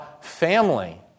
family